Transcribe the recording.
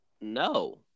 No